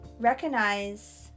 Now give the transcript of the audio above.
Recognize